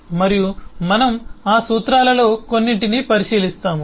మరియు మనం ఆ సూత్రాలలో కొన్నింటిని పరిశీలిస్తాము